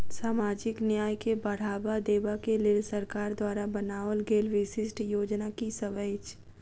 सामाजिक न्याय केँ बढ़ाबा देबा केँ लेल सरकार द्वारा बनावल गेल विशिष्ट योजना की सब अछि?